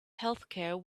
healthcare